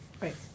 Right